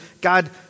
God